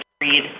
read